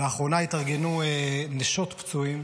לאחרונה התארגנו נשות פצועים,